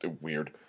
weird